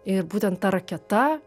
ir būtent ta raketa